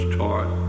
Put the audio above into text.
taught